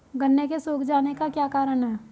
गन्ने के सूख जाने का क्या कारण है?